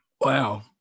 wow